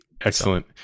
Excellent